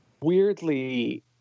weirdly